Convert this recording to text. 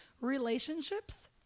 relationships